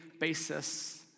basis